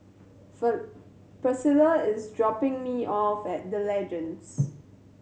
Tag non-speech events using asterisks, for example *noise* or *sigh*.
*unintelligible* Priscilla is dropping me off at The Legends